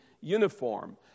uniform